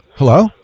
Hello